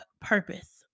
purpose